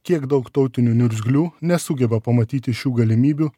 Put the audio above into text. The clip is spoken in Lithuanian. kiek daug tautinių niurzglių nesugeba pamatyti šių galimybių